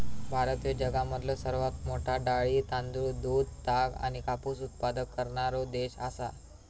भारत ह्यो जगामधलो सर्वात मोठा डाळी, तांदूळ, दूध, ताग आणि कापूस उत्पादक करणारो देश आसा